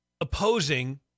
opposing